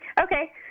Okay